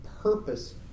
purpose